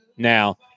Now